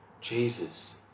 jesus